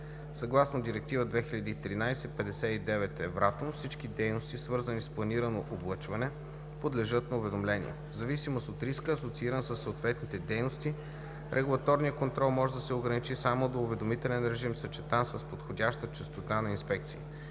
Съгласно Директива 2013/59/Евратом всички дейности, свързани с планирано облъчване, подлежат на уведомление. В зависимост от риска, асоцииран със съответните дейности, регулаторният контрол може да се ограничи само до уведомителен режим, съчетан с подходяща честота на инспекции.